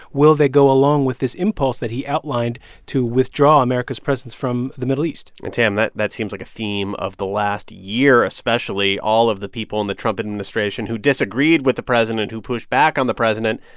will they go along with this impulse that he outlined to withdraw america's presence from the middle east? and, tam, that that seems like a theme of the last year, especially. all of the people in the trump administration who disagreed with the president, who pushed back on the president,